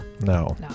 No